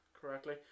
correctly